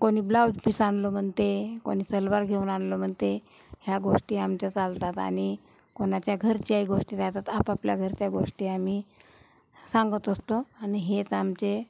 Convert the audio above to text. कोणी ब्लाउजपीस आणलं म्हणते कोणी सलवार घेऊन आणलं म्हणते ह्या गोष्टी आमच्या चालतात आणि कोणाच्या घरच्याही गोष्टी राहतात आपापल्या घरच्या गोष्टी आम्ही सांगत असतो आणि हेच आमचे